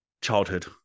childhood